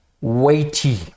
weighty